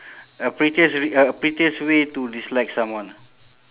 a pettiest r~ a pettiest way to dislike someone